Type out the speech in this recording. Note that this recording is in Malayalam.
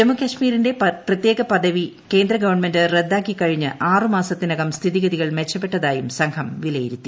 ജമ്മു കശ്മീരിന്റെ പ്രത്യേക പദവി കേന്ദ്രഗവൺമെന്റ് റദ്ദാക്കിക്കഴിഞ്ഞ് ആറ് മാസത്തിനകം സ്ഥിതിഗതികൾ മെച്ചപ്പെട്ടതായും സംഘം വിലയിരുത്തി